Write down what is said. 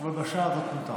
אבל בשעה הזאת מותר.